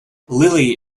lily